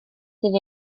sydd